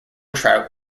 trout